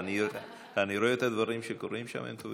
אני רואה את הדברים שקורים שם, הם טובים,